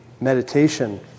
meditation